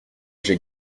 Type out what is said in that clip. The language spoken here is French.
j’ai